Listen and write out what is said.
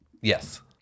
Yes